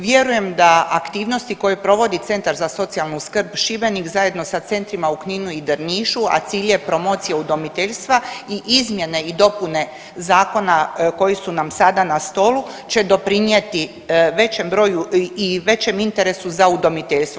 Vjerujem da aktivnosti koje provodi Centar za socijalnu skrb Šibenik zajedno sa centrima u Kninu i Drnišu, a cilj je promocija udomiteljstva i izmjene i dopune zakona koji su nam sada na stolu će doprinjeti većem broju i većem interesu za udomiteljstvo.